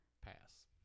pass